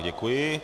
Děkuji.